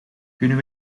kunnen